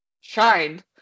shined